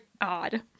odd